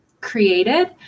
created